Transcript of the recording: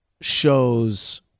shows